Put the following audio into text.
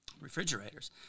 refrigerators